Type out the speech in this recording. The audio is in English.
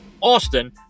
Austin